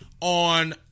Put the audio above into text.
on